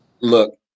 Look